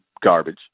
garbage